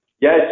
Yes